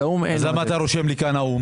אז למה אתה רושם או"ם?